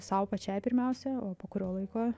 sau pačiai pirmiausia o po kurio laiko